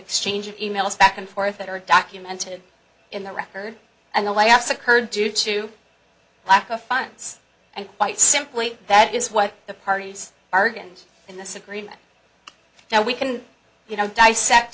exchange of emails back and forth that are documented in the record and the last occurred due to lack of funds and quite simply that is what the parties argand's in this agreement now we can you know dissect